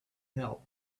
help